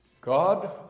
God